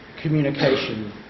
communication